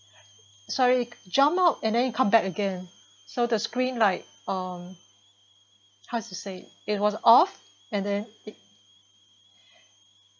sorry jump out and then it come back again so the screen like um how to say it it was off and then it